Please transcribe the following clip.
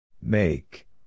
Make